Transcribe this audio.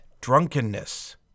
drunkenness